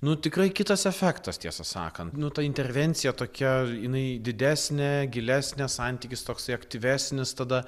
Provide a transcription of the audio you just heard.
nu tikrai kitas efektas tiesą sakant nu ta intervencija tokia jinai didesnė gilesnė santykis toksai aktyvesnis tada